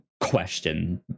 question